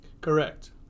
Correct